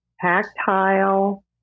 tactile